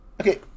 Okay